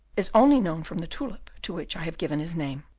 is only known from the tulip to which i have given his name.